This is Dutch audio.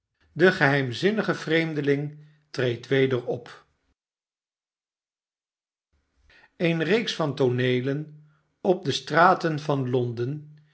de geheimzinnigk vreemdeling treedt weder op eene reeks van tooneelen op de straten van londen